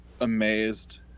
amazed